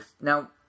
now